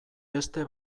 beste